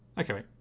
Okay